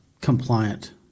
compliant